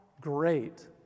great